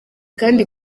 kandi